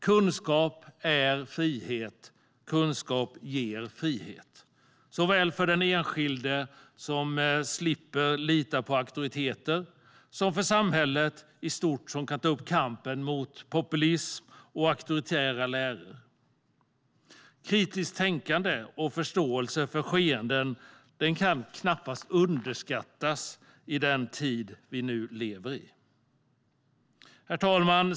Kunskap är och ger frihet, såväl för den enskilde som slipper lita på auktoriteter som för samhället i stort som kan ta upp kampen mot populism och auktoritära läror. Kritiskt tänkande och förståelse för skeenden kan knappast underskattas i den tid som vi nu lever i. Herr talman!